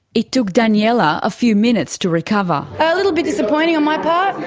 it took daniella a few minutes to recover. a little bit disappointing on my part.